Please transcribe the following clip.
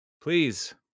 Please